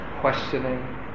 questioning